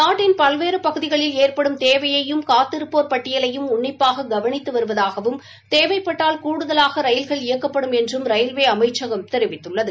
நாட்டின் பல்வேறு பகுதிகளில் ஏற்படும் தேவையையும் காத்திருப்போர் பட்டியலையும் உன்னிப்பாக கவனித்து வருவதாகவும் தேவைப்பட்டால் கூடுதவாக ரயில்கள் இயக்கப்படும் என்றும் ரயில்வே அமைச்சகம் தெரிவித்துள்ளது